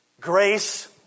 Grace